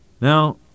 Now